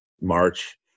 March